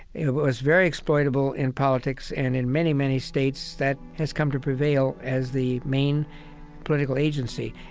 was very exploitable in politics, and in many, many states that has come to prevail as the main political agency.